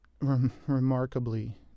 remarkably